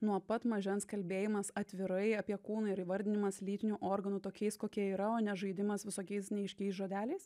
nuo pat mažens kalbėjimas atvirai apie kūną ir įvardinimas lytinių organų tokiais kokie yra o ne žaidimas visokiais neaiškiais žodeliais